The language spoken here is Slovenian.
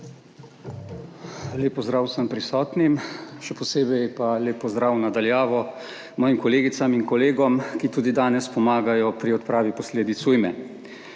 Lep pozdrav vsem prisotnim! Še posebej pa lep pozdrav na daljavo mojim kolegicam in kolegom, ki tudi danes pomagajo pri odpravi posledic ujme!